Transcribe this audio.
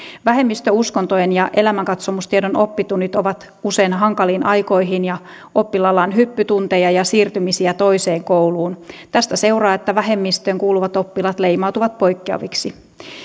vähemmistöuskontojen ja elämänkatsomustiedon oppitunnit ovat usein hankaliin aikoihin ja oppilaalla on hyppytunteja ja siirtymisiä toiseen kouluun tästä seuraa että vähemmistöön kuuluvat oppilaat leimautuvat poikkeaviksi